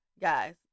Guys